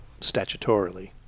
statutorily